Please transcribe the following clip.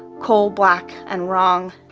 coal-black and wrong.